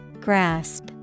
Grasp